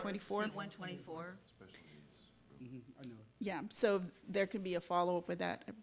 twenty four and one twenty four yeah so there could be a follow up with that